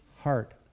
heart